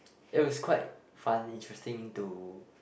it was quite fun interesting to